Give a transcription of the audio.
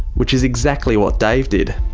which is exactly what dave did.